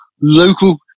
local